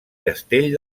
castell